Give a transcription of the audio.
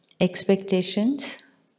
expectations